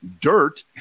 dirt